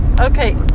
Okay